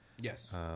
Yes